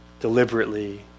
deliberately